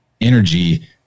energy